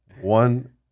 One